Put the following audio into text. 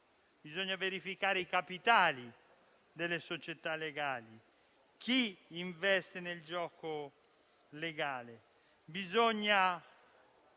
Bisogna verificare i capitali delle società legali: chi investe nel gioco legale?